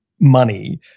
money